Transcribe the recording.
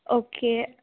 okay